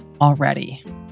already